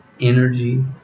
energy